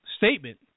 statement